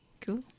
Cool